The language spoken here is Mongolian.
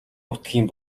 нутгийн